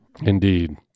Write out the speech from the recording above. Indeed